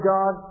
God